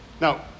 Now